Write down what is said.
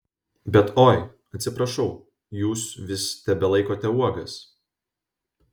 bet oi atsiprašau jūs vis tebelaikote uogas